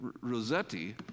Rossetti